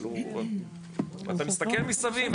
אתה מסתכל מסביב,